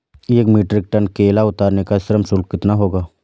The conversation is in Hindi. एक मीट्रिक टन केला उतारने का श्रम शुल्क कितना होगा?